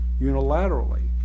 unilaterally